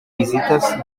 visites